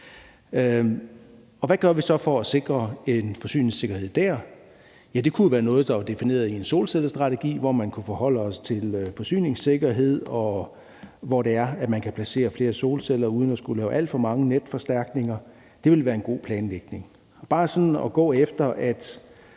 Hvad gør vi så for at sikre en forsyningssikkerhed der? Det kunne jo være noget, der var defineret i en solcellestrategi, hvor man kunne forholde sig til forsyningssikkerhed, og hvor det er, man kan placere flere solceller uden at skulle lave alt for mange netforstærkninger; det ville være en god planlægning. Bare sådan at gå efter,